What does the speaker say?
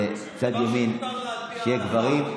בצד ימין שיהיו גברים,